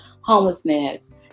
homelessness